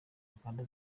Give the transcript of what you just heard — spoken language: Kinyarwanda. uganda